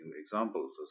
examples